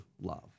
love